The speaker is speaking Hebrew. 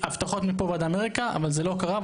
הבטחות מפה ועד אמריקה, אבל זה לא קרה.